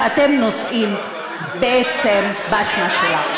שאתם נושאים בעצם באשמה שלה.